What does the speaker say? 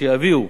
שיביאו